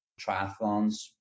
triathlons